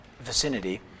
vicinity